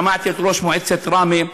שמעתי את ראש מועצת ראמה,